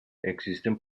existen